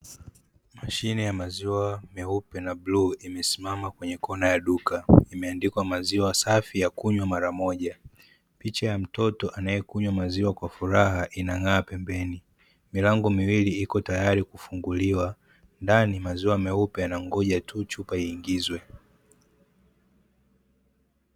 Mashine ya maziwa meupe na bluu, imesimama kwenye kona ya duka, imeandikwa maziwa safi ya kunywa mara moja. Picha ya mtoto anayekunywa maziwa kwa furaha inang'aa pembeni. Milango miwili iko tayari kufunguliwa, ndani maziwa meupe yanangoja tu chupa iingizwe.